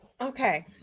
okay